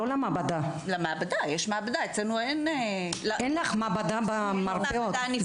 אין לך מעבדה במרפאות.